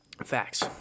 facts